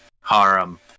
harem